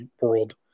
world